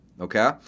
okay